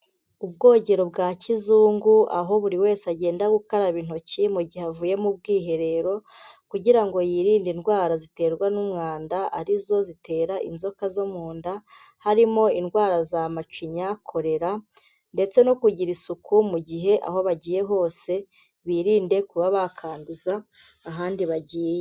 Ubwogero bwa kizungu, aho buri wese agenda gukaraba intoki mu gihe avuye mu bwiherero, kugira ngo yirinde indwara ziterwa n'umwanda, ari zo zitera inzoka zo mu nda, harimo indwara za macinya, korera ndetse no kugira isuku mu gihe aho bagiye hose biririnde kuba bakanduza ahandi bagiye.